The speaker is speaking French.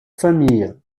famille